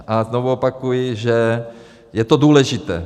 A znovu opakuji, že je to důležité.